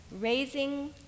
raising